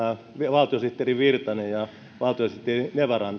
valtiosihteeri virtanen ja valtiosihteeri